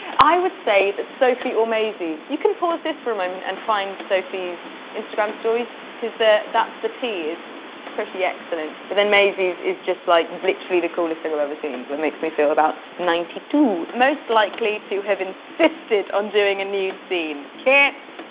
i would say that sophie or maisie. you can pause this for a moment and find sophie's instagram stories, cause that's the tea is pretty excellent. but then maisie's is just like literally the coolest thing i've ever seen. it makes me feel about ninety two. most likely to have insisted on doing a nude scene kit.